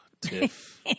Tiff